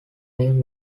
name